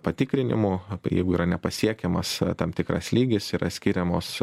patikrinimų ap jeigu yra nepasiekiamas tam tikras lygis yra skiriamos